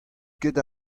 ket